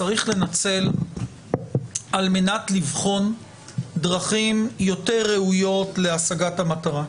צריך לנצל על מנת לבחון דרכים יותר ראויות להשגת המטרה.